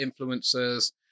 Influencers